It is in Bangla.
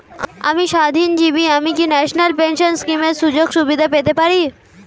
আমি স্বাধীনজীবী আমি কি ন্যাশনাল পেনশন স্কিমের সুযোগ সুবিধা পেতে পারি?